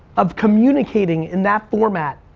of communicating in that format,